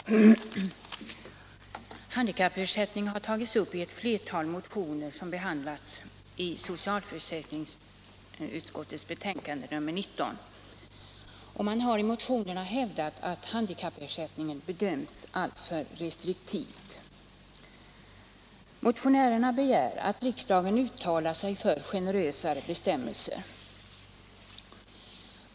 Herr talman! Handikappersättningen har tagits upp i ett flertal motioner, som behandlas i = socialförsäkringsutskottets betänkande 1976/77:19. I motionerna hävdas att handikappersättningen bedömts alltför restriktivt. Motionärerna begär att riksdagen uttalar sig för generösare bestämmelser.